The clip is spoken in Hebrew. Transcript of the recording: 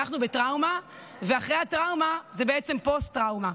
שאנחנו בטראומה ואחרי הטראומה זה בעצם פוסט-טראומה,